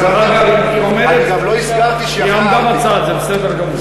אני גם לא הזכרתי, היא עמדה בצד, זה בסדר גמור.